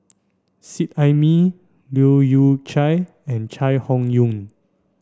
Seet Ai Mee Leu Yew Chye and Chai Hon Yoong